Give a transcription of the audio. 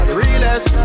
realest